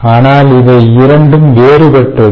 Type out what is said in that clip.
ஆனால் இவை இரண்டும் வேறுபட்டது